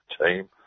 team